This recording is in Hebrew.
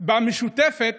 במשותפת